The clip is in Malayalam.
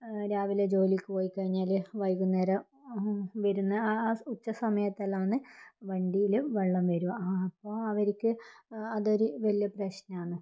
രാവിലെ ജോലിക്ക് പൊയ്കഴിഞ്ഞാൽ വൈകുന്നേരം വരുന്ന ആ ഉച്ച സമയത്തിലാണ് വണ്ടീലും വെള്ളം വരുക അപ്പോൾ അവർക്ക് അതൊരു വലിയ പ്രശ്നമാണ്